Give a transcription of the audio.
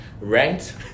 ranked